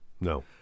No